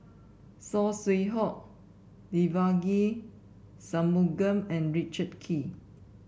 Saw Swee Hock Devagi Sanmugam and Richard Kee